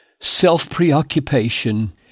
self-preoccupation